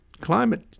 climate